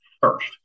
first